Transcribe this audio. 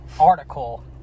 article